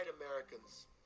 Americans